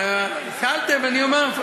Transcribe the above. שאלתם, אני אומר.